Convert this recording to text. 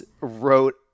wrote